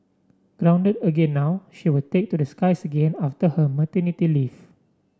grounded again now she will take to the skies again after her maternity leave